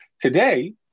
Today